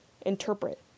interpret